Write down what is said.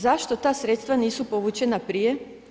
Zašto ta sredstva nisu povučena prije?